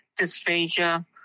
dysphagia